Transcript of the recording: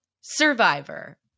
Survivor